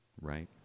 Right